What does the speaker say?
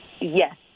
Yes